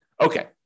Okay